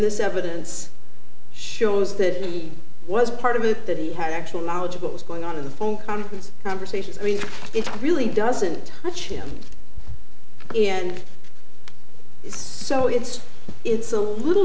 this evidence shows that he was part of it that he had actual knowledge of what was going on in the phone on conversations i mean it really doesn't touch him and so it's it's a little